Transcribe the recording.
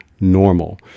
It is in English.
Normal